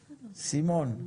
סימון.